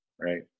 right